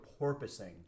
porpoising